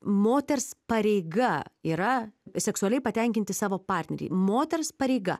moters pareiga yra seksualiai patenkinti savo partnerį moters pareiga